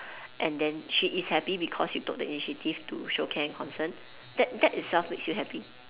and then she is happy because you took the initiative to show care and concern that that itself makes you happy